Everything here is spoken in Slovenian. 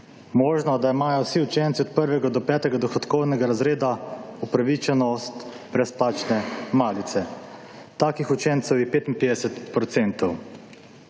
možno, da imajo vsi učenci od 1. do 5. dohodkovnega razreda upravičenost brezplačne malice. Takih učencev je 55